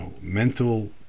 mental